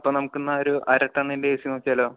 അപ്പോൾ നമ്മുക്കെന്നാൽ ഒരു അര ടണ്ണിൻ്റെ ഏസി നോക്കിയാലോ